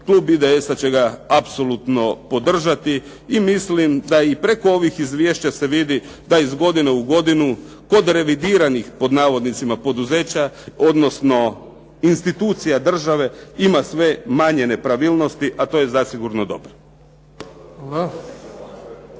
klub IDS-a će ga apsolutno podržati i mislim da i preko ovih izvješća se vidi da iz godine u godinu kod revidiranih, pod navodnicima poduzeća, odnosno institucija države ima sve manje nepravilnosti a to je zasigurno dobro.